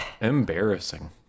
embarrassing